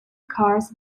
cars